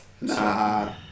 Nah